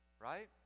right